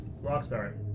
Roxbury